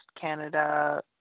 Canada